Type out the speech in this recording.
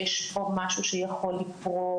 יש פה משהו שיכול לקרות,